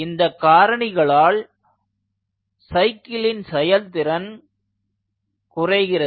இந்தக் காரணிகளால் சைக்கிளின் செயல் திறன் குறைகிறது